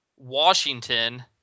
Washington